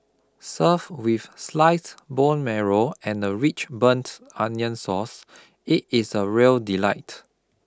served with sliced bone marrow and a rich burnt onion sauce it is a real delight